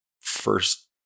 first